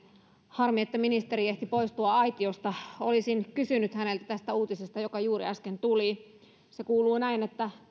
harmi että ministeri ehti poistua aitiosta olisin kysynyt häneltä tästä uutisesta joka juuri äsken tuli se kuuluu näin että